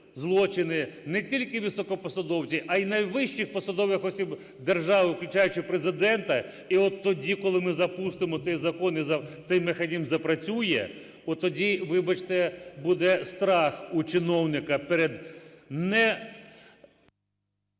злочини не тільки високопосадовців, а найвищих посадових осіб держави включаючи Президента. І от тоді, коли ми запустимо цей закон і цей механізм запрацює, тоді, вибачте, буде страх у чиновника перед не…